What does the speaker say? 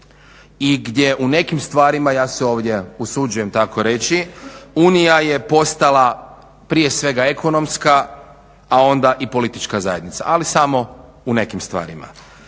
i gdje u nekim stvarima, ja se ovdje usuđujem tako reći, Unija je postala prije svega ekonomska, a onda i politička zajednica, ali samo u nekim stvarima.